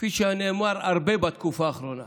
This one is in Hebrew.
כפי שנאמר הרבה בתקופה האחרונה: